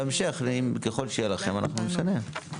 בהמשך, ככל שיהיה לכם, אנחנו נשנה.